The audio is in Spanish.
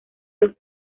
los